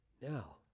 Now